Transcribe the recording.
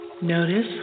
Notice